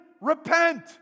Repent